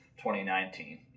2019